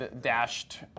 dashed